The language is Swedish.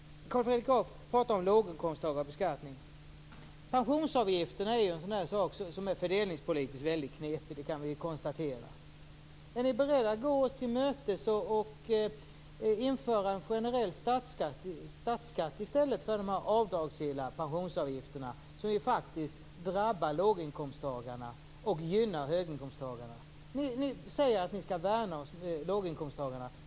Carl Fredrik Graf pratar om låginkomsttagare och beskattning. Detta med pensionsavgifterna är ju fördelningspolitiskt väldigt knepigt. Det kan vi konstatera. Är ni beredda att gå oss till mötes och införa en generell statsskatt i stället för de avdragsgilla pensionsavgifterna, som faktiskt drabbar låginkomsttagarna och gynnar höginkomsttagarna? Ni säger att ni skall värna om låginkomsttagarna.